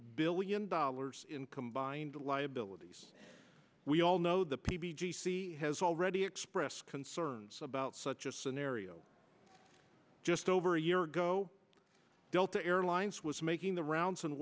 billion dollars in combined liabilities we all know the p b g c has already expressed concerns about such a scenario just over a year ago delta airlines was making the rounds in